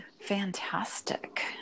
Fantastic